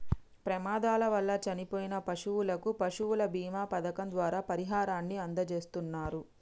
ప్రమాదాల వల్ల చనిపోయిన పశువులకు పశువుల బీమా పథకం ద్వారా పరిహారాన్ని అందజేస్తున్నరు